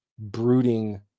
brooding